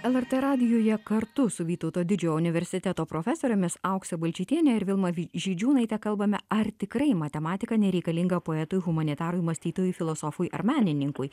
lrt radijuje kartu su vytauto didžiojo universiteto profesorėmis aukse balčytiene ir vilma žydžiūnaite kalbame ar tikrai matematika nereikalinga poetui humanitarui mąstytojui filosofui ar menininkui